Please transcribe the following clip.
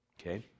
Okay